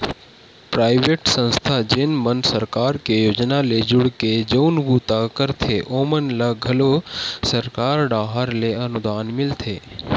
private संस्था जेन मन सरकार के योजना ले जुड़के जउन बूता करथे ओमन ल घलो सरकार डाहर ले अनुदान मिलथे